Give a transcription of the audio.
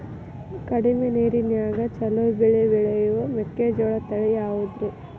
ಕಡಮಿ ನೇರಿನ್ಯಾಗಾ ಛಲೋ ಬೆಳಿ ಬೆಳಿಯೋ ಮೆಕ್ಕಿಜೋಳ ತಳಿ ಯಾವುದ್ರೇ?